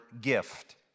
gift